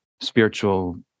spiritual